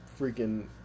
freaking